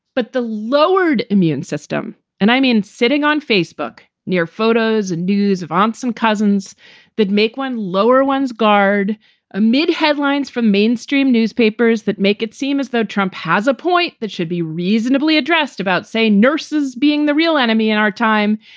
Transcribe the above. but the lowered immune system and i mean sitting on facebook near photos and news of aunts and cousins that make one lower one's guard amid headlines from mainstream newspapers that make it seem as though trump has a point that should be reasonably addressed about, say, nurses being the real enemy in our time.